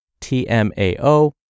TMAO